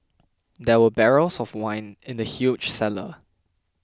there were barrels of wine in the huge cellar